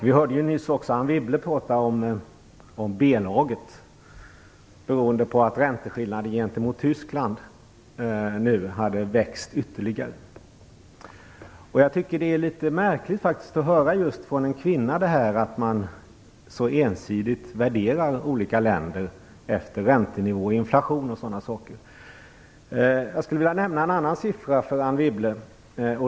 Vi hörde nyss Anne Wibble prata om B laget, beroende på att ränteskillnaden gentemot Tyskland nu har växt ytterligare. Det är litet märkligt att höra just från en kvinna, att man så ensidigt värderar olika länder efter räntenivå, inflation och sådant. Jag skulle vilja nämna en annan siffra för Anne Wibble.